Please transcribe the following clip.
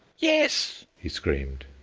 yes! he screamed.